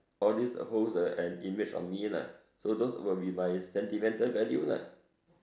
all this uh holds uh an image on me lah so those will be my sentimental value lah